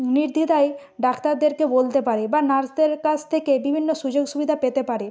নির্দ্বিধায় ডাক্তারদেরকে বলতে পারে বা নার্সদের কাছ থেকে বিভিন্ন সুযোগ সুবিধা পেতে পারে